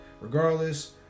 Regardless